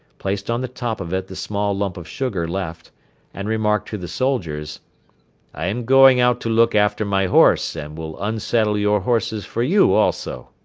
placed on the top of it the small lump of sugar left and remarked to the soldiers i am going out to look after my horse and will unsaddle your horses for you also.